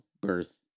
birth